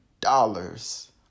dollars